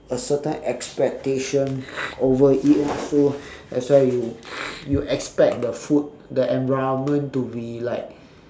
a certain expectation over it ah so that's why you you expect the food the environment to be like